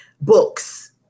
books